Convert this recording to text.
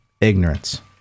Ignorance